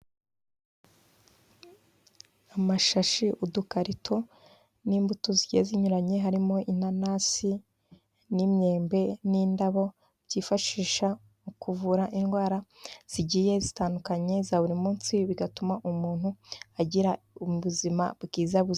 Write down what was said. Amashashi, udukarito n'imbuto zinyuranye harimo inanasi n'imyembe n'indabo byifashisha mu kuvura indwara zigiye zitandukanye za buri munsi bigatuma umuntu agira ubuzima bwiza gusa.